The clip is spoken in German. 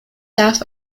darf